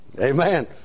Amen